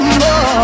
more